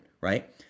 right